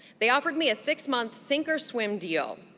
they offered me a six-month sink or swim deal.